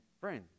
friends